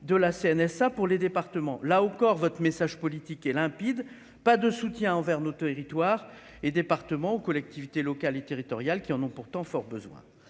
de la CNSA pour les départements là au corps votre message politique est limpide : pas de soutien envers nos territoires et départements ou collectivités locales et territoriales qui en ont pourtant fort besoin